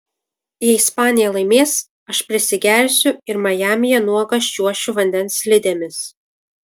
jei ispanija laimės aš prisigersiu ir majamyje nuogas čiuošiu vandens slidėmis